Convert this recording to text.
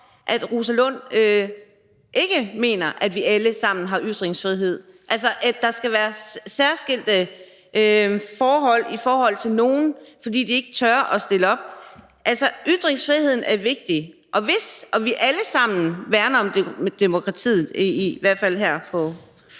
i dag, ikke mener, at vi alle sammen har ytringsfrihed, altså at der skal være særskilte forhold for nogle, fordi de ikke tør at stille op. Ytringsfriheden er vigtig, og vi værner alle sammen om demokratiet, i hvert fald her på